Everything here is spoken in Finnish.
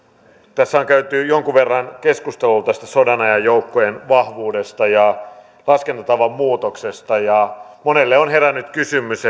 tässä on käyty jonkun verran keskustelua sodanajan joukkojen vahvuudesta ja laskentatavan muutoksesta ja monelle on herännyt kysymys